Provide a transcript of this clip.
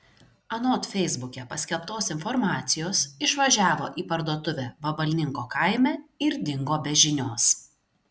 anot feisbuke paskelbtos informacijos išvažiavo į parduotuvę vabalninko kaime ir dingo be žinios